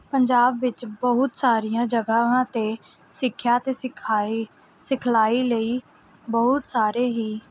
ਪੰਜਾਬ ਵਿੱਚ ਬਹੁਤ ਸਾਰੀਆਂ ਜਗ੍ਹਾਵਾਂ 'ਤੇ ਸਿੱਖਿਆ ਅਤੇ ਸਿਖਾਈ ਸਿਖਲਾਈ ਲਈ ਬਹੁਤ ਸਾਰੇ ਹੀ